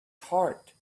heart